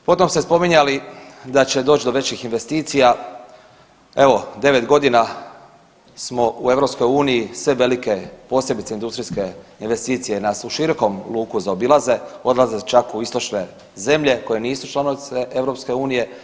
Potom ste spominjali da će doć do većih investicija, evo 9.g. smo u EU, sve velike posebice industrijske investicije nas u širokom luku zaobilaze, odlaze čak u istočne zemlje koje nisu članice EU.